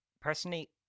personally